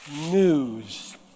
News